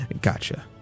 Gotcha